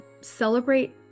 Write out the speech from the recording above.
celebrate